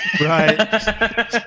right